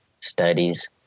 studies